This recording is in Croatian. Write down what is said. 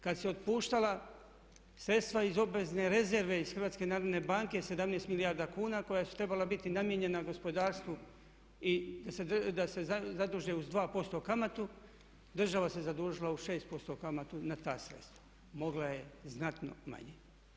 Kada su se otpuštala sredstva iz obvezne rezerve iz HNB-a 17 milijarda kuna koja su trebala biti namijenjena gospodarstvu i da se zaduže uz 2% kamatu država se zadužila uz 6% kamatu na ta sredstva, mogla je znatno manje.